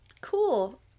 cool